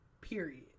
Period